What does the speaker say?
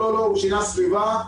אבל הוא שינה סביבה,